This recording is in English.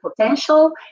potential